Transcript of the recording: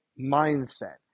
mindset